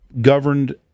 governed